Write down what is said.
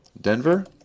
Denver